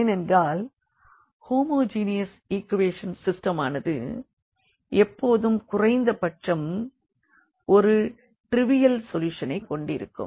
ஏனென்றால் homogeneous equation ன் சிஸ்டமானது எப்போதும் குறைந்த பட்சம் ஒரு டிரைவியல் சொல்யூஷன்ஐக் கொண்டிருக்கும்